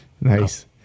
Nice